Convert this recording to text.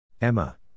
Emma